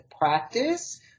practice